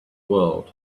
world